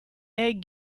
egg